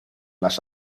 las